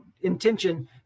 intention